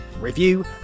review